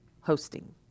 hosting